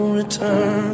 return